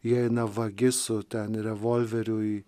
įeina vagis su ten revolveriu į